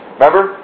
Remember